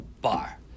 bar